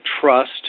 trust